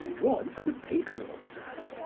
drawn from the pagan authors.